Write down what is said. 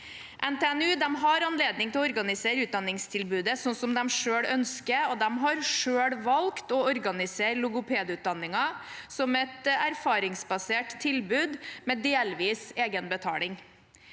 NTNU har anledning til å organisere utdanningstilbudet slik de selv ønsker, og de har selv valgt å organisere logopedutdanningen som et erfaringsbasert tilbud med delvis egenbetaling.